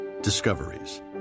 Discoveries